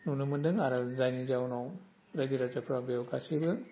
नुनो मोनदों आरो जायनि जाउनाव रायजो राजाफ्रा बेयाव गासैबो